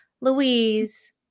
Louise